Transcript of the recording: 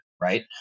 right